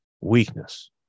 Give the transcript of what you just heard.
weakness